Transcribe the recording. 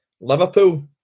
Liverpool